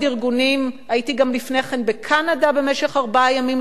הייתי גם לפני כן בקנדה במשך ארבעה ימים לטובת העניין הזה.